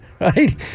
Right